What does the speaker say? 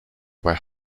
where